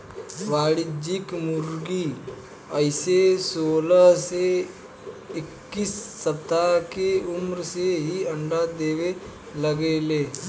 वाणिज्यिक मुर्गी अइसे सोलह से इक्कीस सप्ताह के उम्र से ही अंडा देवे लागे ले